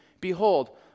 behold